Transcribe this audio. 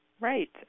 right